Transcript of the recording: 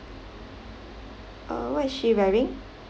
uh what is she wearing